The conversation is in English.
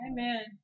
Amen